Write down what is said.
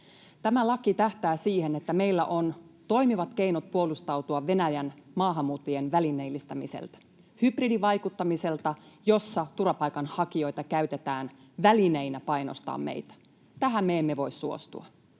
Tämä laki tähtää siihen, että meillä on toimivat keinot puolustautua Venäjän maahanmuuttajien välineellistämiseltä, hybridivaikuttamiselta, jossa turvapaikanhakijoita käytetään välineinä painostaa meitä. Tähän me emme voi suostua.